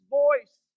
voice